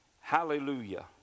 Hallelujah